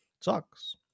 sucks